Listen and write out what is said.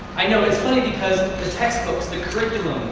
i know, it's funny because the textbooks, the curriculum,